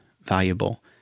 valuable